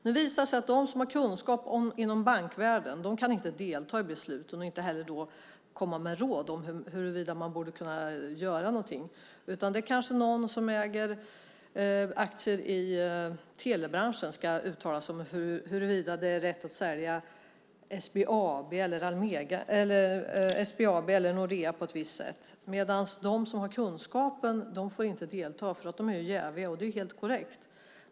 Nu visar det sig att de som har kunskap inom bankvärlden inte kan delta i besluten och inte heller komma med råd om huruvida man borde kunna göra någonting. Kanske ska någon som äger aktier i telebranschen uttala sig om huruvida det är rätt att sälja SBAB eller Nordea på ett visst sätt. De som har kunskapen får däremot inte delta därför att de är jäviga, vilket är helt korrekt.